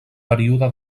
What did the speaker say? període